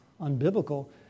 unbiblical